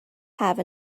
have